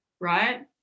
right